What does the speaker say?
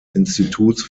instituts